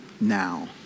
now